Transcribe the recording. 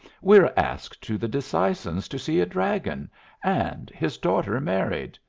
we're asked to the disseisins to see a dragon and his daughter married.